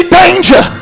danger